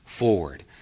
forward